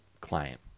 client